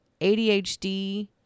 ADHD